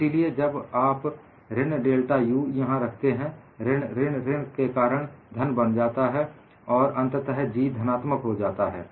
इसलिए आप जब ऋण डेल्टा U यहां रखते हैं ऋण ऋण के कारण धन बन जाता है और अंततः जी धनात्मक हो जाता है